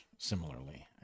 Similarly